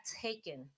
taken